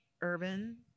urban